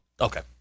Okay